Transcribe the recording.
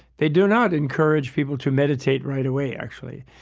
they do not encourage people to meditate right away, actually.